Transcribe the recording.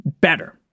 better